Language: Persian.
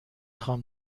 خوام